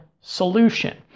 solution